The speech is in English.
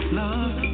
love